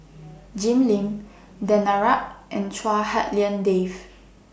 Jim Lim Danaraj and Chua Hak Lien Dave